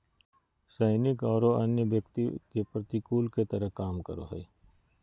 सैनिक औरो अन्य व्यक्ति के प्रतिकूल के तरह काम करो हइ